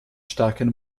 starken